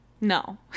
no